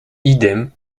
idem